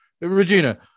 Regina